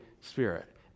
Spirit